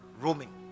roaming